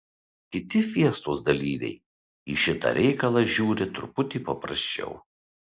kiti fiestos dalyviai į šitą reikalą žiūri truputį paprasčiau